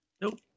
Nope